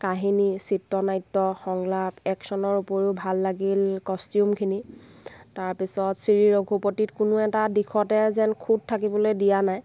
কাহিনী চিত্ৰ নাট্য সংলাপ এক্সনৰ উপৰিও ভাল লাগিল কষ্টিউমখিনি তাৰপিছত শ্ৰীৰঘুপতিত কোনো এটা দিশতে যেন খুট থাকিবলৈ দিয়া নাই